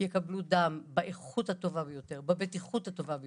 יקבלו דם באיכות הטובה ביותר ובבטיחות הטובה ביותר.